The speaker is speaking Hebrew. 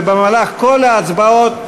ובמהלך כל ההצבעות,